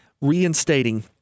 reinstating